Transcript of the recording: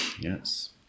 Yes